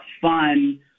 fun